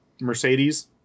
Mercedes